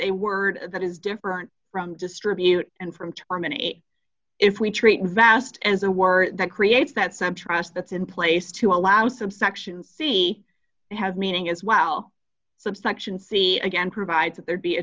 a word that is different from distribute and from chairman a if we treat vast as a word that creates that some trust that's in place to allow subsection c has meaning as well subsection c again provides that there be a